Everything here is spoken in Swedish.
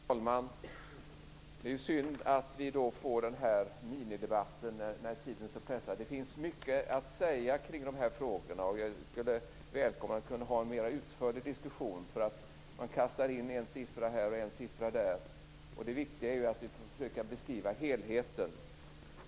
Fru talman! Det är synd att vi får den här minidebatten när tiden är så pressad. Det finns mycket att säga i de här frågorna, och jag skulle välkomna att vi kunde ha en mer utförlig diskussion. Man kastar in en siffra här och en siffra där, men det viktiga är ju att försöka beskriva helheten.